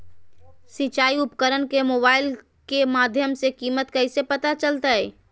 सिंचाई उपकरण के मोबाइल के माध्यम से कीमत कैसे पता चलतय?